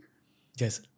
Yes